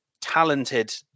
talented